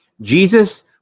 Jesus